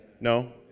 No